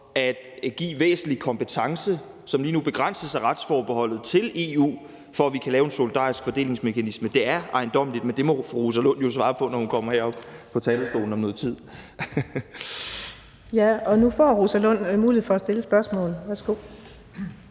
at give væsentlig kompetence, som lige nu begrænses af retsforbeholdet, til EU, for at vi kan lave en solidarisk fordelingsmekanisme. Det er ejendommeligt, men det må fru Rosa Lund jo svare på, når hun kommer op på talerstolen om noget tid. Kl. 10:23 Den fg. formand (Birgitte Vind): Nu får fru Rosa Lund mulighed for at stille et spørgsmål. Værsgo.